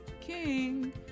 king